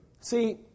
See